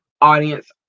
audience